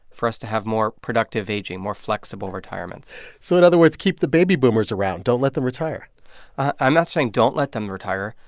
for us to have more productive aging, more flexible retirements so in other words, keep the baby boomers around. don't let them retire i'm not saying don't let them retire.